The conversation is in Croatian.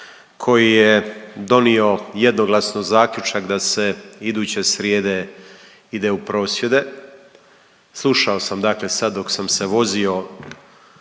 koji je donio jednoglasno zaključak da se iduće srijede ide u prosvjede. Slušao sam dakle sad dok sam se vozio